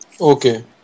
Okay